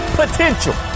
potential